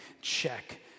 check